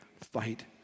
fight